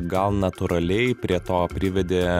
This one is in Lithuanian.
gal natūraliai prie to privedė